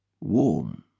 warm